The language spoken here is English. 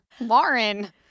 Lauren